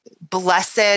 blessed